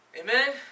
Amen